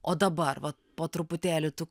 o dabar va po truputėlį tų